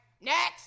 next